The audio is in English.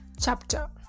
chapter